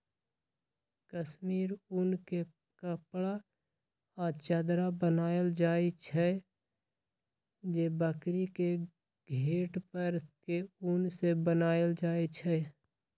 कस्मिर उन के कपड़ा आ चदरा बनायल जाइ छइ जे बकरी के घेट पर के उन से बनाएल जाइ छइ